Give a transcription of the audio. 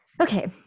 Okay